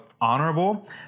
honorable